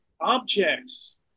objects